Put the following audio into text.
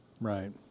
right